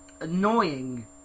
annoying